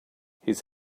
his